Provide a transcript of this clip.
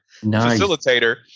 facilitator